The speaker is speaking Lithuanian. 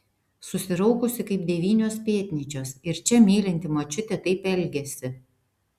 susiraukusi kaip devynios pėtnyčios ir čia mylinti močiutė taip elgiasi